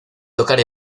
tocar